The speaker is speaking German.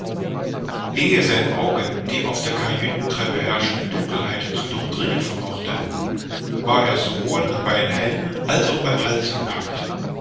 ehe sein auge die auf der kajütentreppe herrschende dunkelheit zu durchdringen vermochte war er sowohl an beiden händen als auch am halse gepackt